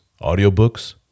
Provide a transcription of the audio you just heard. audiobooks